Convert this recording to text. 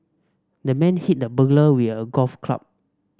the man hit the burglar with a golf club